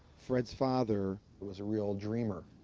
fred's father was a real dreamer.